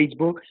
Facebook